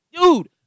dude